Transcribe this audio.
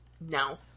no